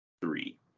three